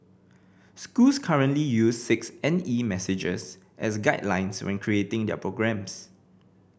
schools currently use six N E messages as guidelines when creating their programmes